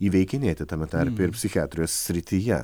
įveikinėti tame tarpe ir psichiatrijos srityje